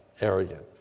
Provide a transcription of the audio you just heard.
arrogant